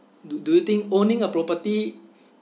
do do you think owning a property